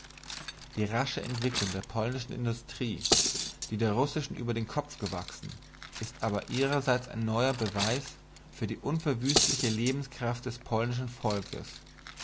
die rasche entwicklung der polnischen industrie die der russischen über den kopf gewachsen ist aber ihrerseits ein neuer beweis für die unverwüstliche lebenskraft des polnischen volks